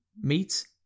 meat